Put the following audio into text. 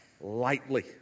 lightly